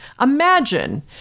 imagine